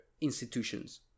institutions